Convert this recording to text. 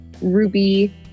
Ruby